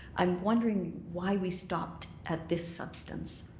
i'm wondering why we stopped at this substance,